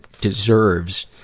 deserves